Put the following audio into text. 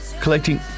collecting